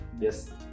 Yes